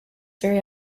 very